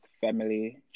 family